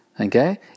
okay